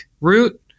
root